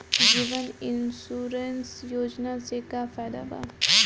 जीवन insurance योजना से का फायदा बा?